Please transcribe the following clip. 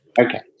Okay